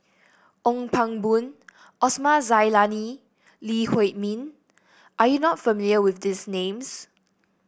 Ong Pang Boon Osman Zailani Lee Huei Min are you not familiar with these names